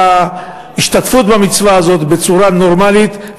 ההשתתפות במצווה הזאת בצורה נורמלית,